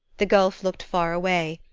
the gulf looked far away,